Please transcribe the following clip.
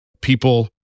people